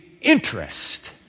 interest